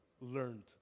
learned